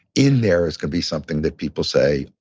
in there is gonna be something that people say,